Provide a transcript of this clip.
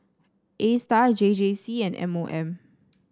Astar J J C and M O M